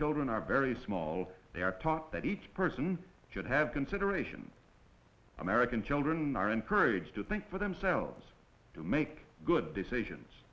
children are very small they are taught that each person should have consideration american children are encouraged to think for themselves to make good decisions